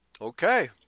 Okay